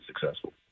successful